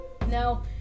No